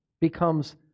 becomes